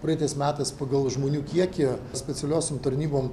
praeitais metais pagal žmonių kiekį specialiosiom tarnybom